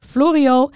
Florio